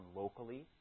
locally